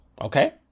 okay